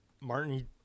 Martin